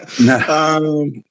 No